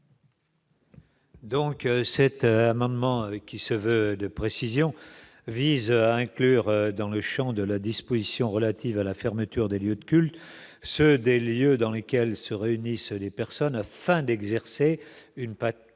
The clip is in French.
Donc, cet amendement, qui se veut de précision vise à inclure dans le Champ de la disposition relative à la fermeture des lieux de culte, ceux des lieux dans lesquels se réunissent les personnes afin d'exercer une partie